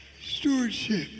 stewardship